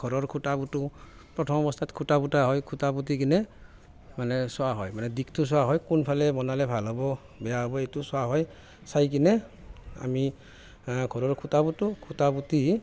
ঘৰৰ খুটা পুতোঁ প্ৰথম অৱস্থাত খুটা পোতা হয় পুতি কিনে মানে চোৱা হয় মানে দিশটো চোৱা হয় কোনফালে বনালে ভাল হ'ব বেয়া হ'ব এইটো চোৱা হয় চাই কিনে আমি ঘৰৰ খুটা পুতোঁ খুটা পুতি